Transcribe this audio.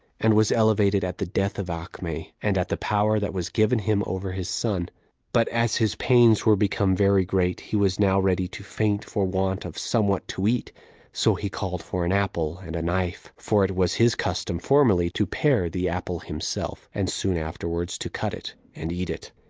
and was elevated at the death of acme, and at the power that was given him over his son but as his pains were become very great, he was now ready to faint for want of somewhat to eat so he called for an apple and a knife for it was his custom formerly to pare the apple himself, and soon afterwards to cut it, and eat it.